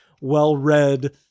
well-read